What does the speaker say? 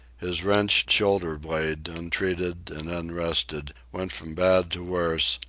his wrenched shoulder-blade, untreated and unrested, went from bad to worse,